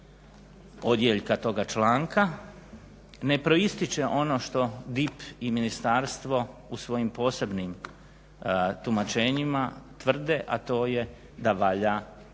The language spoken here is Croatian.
odjeljka toga članka ne proističe ono što DIP i ministarstvo u svojim posebnim tumačenjima tvrde, a to je da valja za